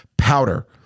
powder